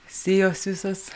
sijos visos